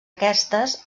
aquestes